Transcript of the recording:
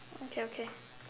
okay okay